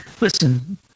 listen